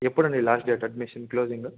ఎప్పుడండీ last date admission closing